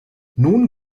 nun